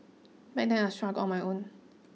back then I struggled on my own